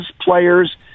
players